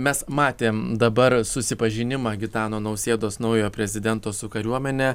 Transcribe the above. mes matėm dabar susipažinimą gitano nausėdos naujojo prezidento su kariuomene